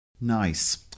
Nice